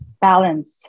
Balance